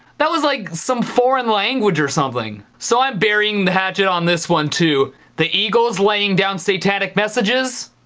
that was like some foreign language or something! so i'm burying the hatchet on this one too the eagles laying down satanic messages.